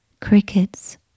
Crickets